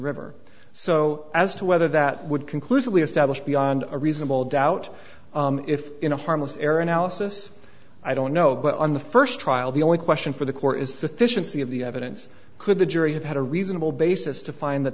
river so as to whether that would conclusively established beyond a reasonable doubt if in a harmless error analysis i don't know but on the first trial the only question for the core is sufficiency of the evidence could the jury have had a reasonable basis to find that